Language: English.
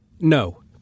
No